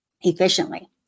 efficiently